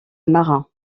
marin